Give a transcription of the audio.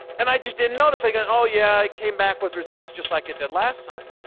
and i just didn't notice, i go, oh yeah, it came back with results just like it did last time,